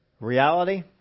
reality